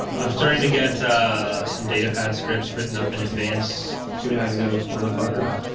i'm starting to get some datapad scripts written up in advance. give me that ghost motherfucker